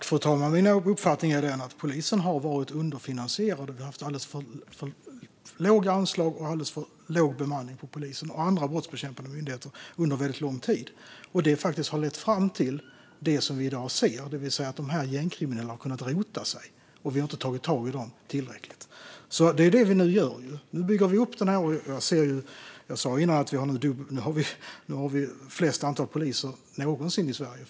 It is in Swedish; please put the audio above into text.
Fru talman! Min uppfattning är att polisen har varit underfinansierad. Vi har haft alldeles för låga anslag och alldeles för låg bemanning inom polisen och andra brottsbekämpande myndigheter under väldigt lång tid. Detta har lett fram till det vi i dag ser, det vill säga att de gängkriminella har kunnat rota sig. Vi har inte tagit tag i dem tillräckligt. Det vi nu gör är att vi bygger upp detta. Vi har nu, som jag sa innan, det största antalet poliser någonsin i Sverige.